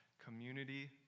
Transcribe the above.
community